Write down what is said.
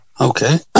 Okay